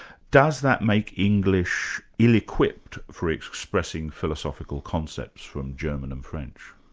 does that make english ill-equipped for expressing philosophical concepts from german and french?